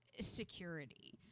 security